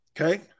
Okay